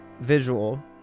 visual